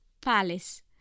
palace